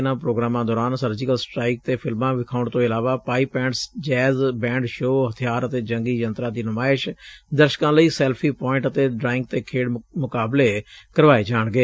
ਇਨ੍ਹਾਂ ਪ੍ਰੋਗਰਾਮਾਂ ਦੌਰਾਨ ਸਰਜੀਕਲ ਸਟਰਾਈਕ ਤੇ ਫਿਲਮਾਂ ਵਿਖਾਉਣ ਤੋਂ ਇਲਾਵਾ pipe and jazz band show ਹਬਿਆਰ ਅਤੇ ਜੰਗੀ ਯੰਤਰਾ ਦੀ ਨੁਮਾਇਸ਼ ਦਰਸਕਾ ਲਈ ਸੈਲਫੀ ਪੁਆਇੰਟ ਅਤੇ ਡਰਾਇੰਗ ਤੇ ਖੇਡ ਮੁਕਾਬਲੇ ਕਰਵਾਏ ਜਾਣਗੇ